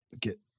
Get